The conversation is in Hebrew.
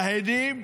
להד"ם.